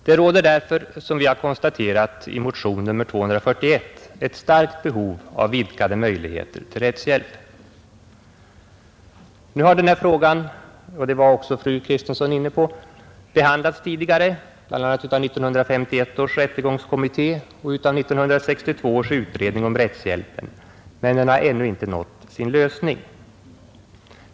Det råder därför, som vi har konstaterat i motionen nr 241, ett starkt behov av vidgade möjligheter till rättshjälp. Nu har den här frågan — och det var också fru Kristensson inne på — behandlats tidigare, bl.a. av 1951 års rättegångskommitté och av 1962 års utredning om rättshjälpen, men den har ännu inte nått sin lösning.